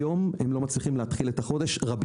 היום רבים מהם לא מצליחים להתחיל את החודש.